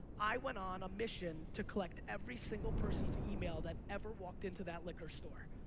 i went on a mission to collect every single person's email that ever walked into that liquor store.